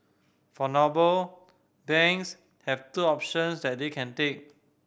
for noble banks have two options that they can take